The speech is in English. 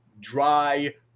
dry